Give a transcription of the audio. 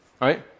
right